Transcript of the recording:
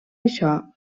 això